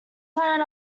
plan